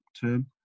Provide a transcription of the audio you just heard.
term